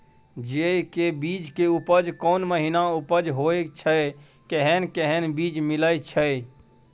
जेय के बीज के उपज कोन महीना उपज होय छै कैहन कैहन बीज मिलय छै?